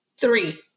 three